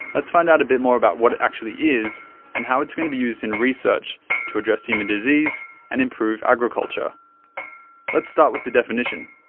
let's find out a bit more about what actually is and how it's going to be used in research to address human disease and improve agriculture. and let's start with the definition.